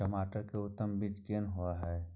टमाटर के उत्तम बीज कोन होय है?